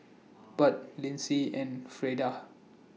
Budd Lynsey and Freda